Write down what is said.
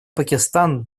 пакистан